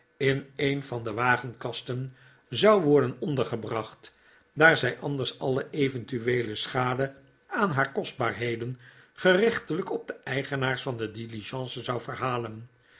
in een van de wagenkasten zou worden ondergebracht daar zij anders alle eventueele schade aan haar kostbaarheden gerechtelijk op de eigenaars van de diligence zou verhalen